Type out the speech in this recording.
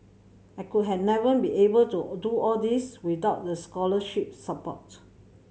I could have never been able to do all these without the scholarship support